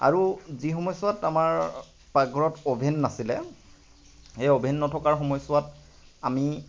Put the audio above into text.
আৰু যি সময়ছোৱাত আমাৰ পাকঘৰত অভেন নাছিলে সেই অভেন নথকাৰ সময়ছোৱাত আমি